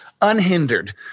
unhindered